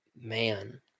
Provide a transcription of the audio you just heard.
Man